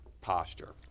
posture